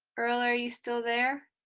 earle, are you still there?